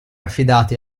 affidati